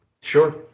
Sure